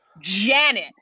Janet